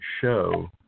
show